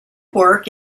work